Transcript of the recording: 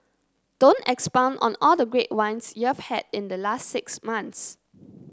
don't expound on all the great wines you've had in the last six months